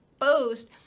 exposed